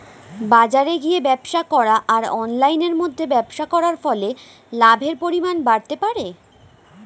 বাজারে গিয়ে ব্যবসা করা আর অনলাইনের মধ্যে ব্যবসা করার ফলে লাভের পরিমাণ বাড়তে পারে?